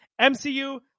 MCU